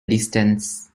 distance